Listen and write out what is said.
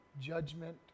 judgment